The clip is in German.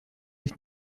ich